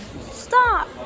Stop